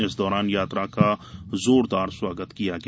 इस दौरान यात्रा का जोरदार स्वागत किया गया